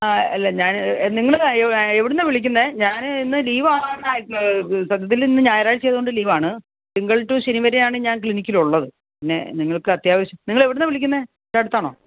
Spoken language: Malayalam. അല്ല ഞാൻ നിങ്ങൾ എവിടുന്നാണ് വിളിക്കുന്നത് ഞാൻ ഇന്ന് ലീവാണ് സത്യത്തിലിന്ന് ഞായറാഴ്ച ആയതുകൊണ്ട് ലീവാണ് തിങ്കൾ ടു ശനി വരെയാണ് ഞാൻ ക്ലിനിക്കിലുള്ളത് പിന്നെ നിങ്ങൾക്കത്യാവശ്യം നിങ്ങളെവിടുന്നാണ് വിളിക്കുന്നത് ഇവിടെ അടുത്താണോ